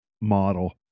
model